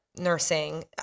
nursing